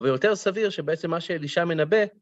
ויותר סביר שבעצם מה שאלישע מנבא...